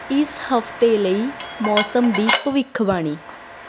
ਇਸ ਹਫ਼ਤੇ ਲਈ ਮੌਸਮ ਦੀ ਭਵਿੱਖਬਾਣੀ